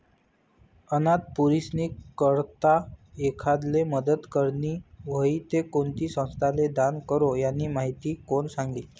अनाथ पोरीस्नी करता एखांदाले मदत करनी व्हयी ते कोणती संस्थाले दान करो, यानी माहिती कोण सांगी